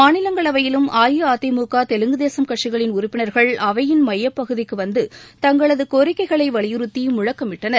மாநிலங்களவையிலும் அஇஅதிமுக தெலுங்கு தேசம் கட்சிகளின் உறுப்பினர்கள் அவையின் மையப் பகுதிக்கு வந்து தங்களது கோரிக்கைகளை வலியுறுத்தி முழக்கமிட்டனர்